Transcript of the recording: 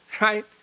right